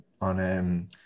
on